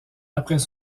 après